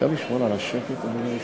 אפשר לשמור על השקט, אדוני היושב-ראש?